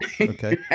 Okay